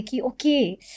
okay